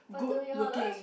good looking